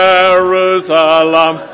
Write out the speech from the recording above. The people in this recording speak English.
Jerusalem